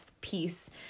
piece